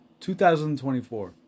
2024